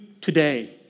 today